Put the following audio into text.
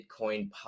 bitcoin